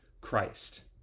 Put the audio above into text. Christ